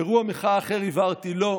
באירוע מחאה אחר הבהרתי: לא,